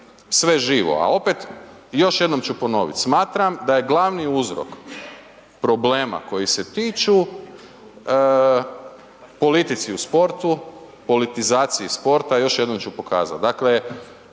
sve živo a opet, još jednom ću ponovit, smatram da je glavni uzrok problema koji se tiču politici u sportu, politizaciji sporta, još jednom ću pokazat. Dakle